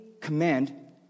Command